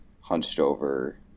hunched-over